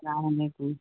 سلام علیکم